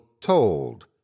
TOLD